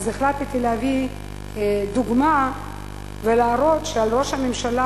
אז החלטתי להביא דוגמה ולהראות שעל ראש הממשלה